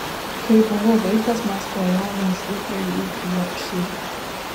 kai buvau vaikas mes klajojome iš ūkio į ūkį jorkšyre